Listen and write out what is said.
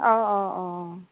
অঁ অঁ অঁ